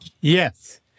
Yes